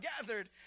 gathered